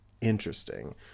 interesting